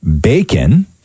bacon